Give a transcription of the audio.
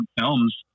films